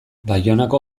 baionako